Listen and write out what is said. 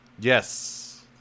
yes